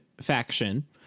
faction